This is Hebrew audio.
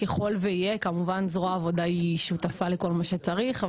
ככול ויהיה כמובן זרוע העבודה היא שותפה לכל מה שצריך,